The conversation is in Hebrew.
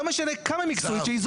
לא משנה כמה מקצועית שהיא,